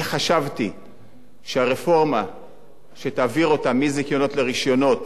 אני חשבתי שהרפורמה שתעביר אותה מזיכיונות לרשיונות